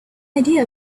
idea